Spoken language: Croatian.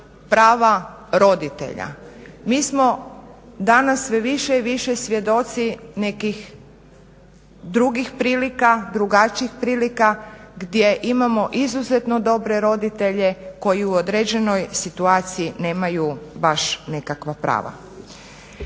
prava roditelja. Mi smo danas sve više i više svjedoci nekih drugih prilika, drugačijih prilika gdje imamo izuzetno dobre roditelje koji u određenoj situaciji nemaju baš nikakva prava.